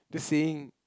just saying